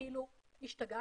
כאילו השתגעתי?